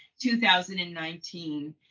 2019